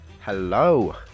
Hello